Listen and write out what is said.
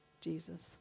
Jesus